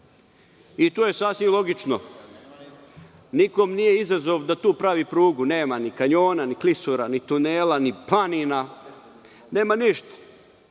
To je sasvim logično. Nikom nije izazov da tu pravi prugu, nema ni kanjona, ni klisura, ni tunela, ni planina, nema ništa,